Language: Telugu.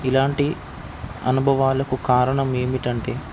ఇలాంటి అనుభవాలకు కారణం ఏమిటంటే